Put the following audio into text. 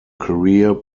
career